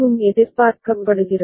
இதுவும் எதிர்பார்க்கப்படுகிறது